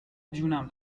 جونم